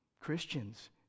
Christians